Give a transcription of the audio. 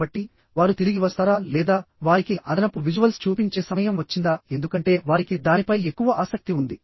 కాబట్టి వారు తిరిగి వస్తారా లేదా వారికి అదనపు విజువల్స్ చూపించే సమయం వచ్చిందా ఎందుకంటే వారికి దానిపై ఎక్కువ ఆసక్తి ఉంది